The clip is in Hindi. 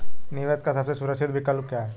निवेश का सबसे सुरक्षित विकल्प क्या है?